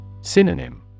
Synonym